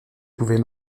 pouvais